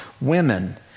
women